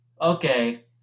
okay